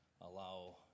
allow